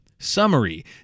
summary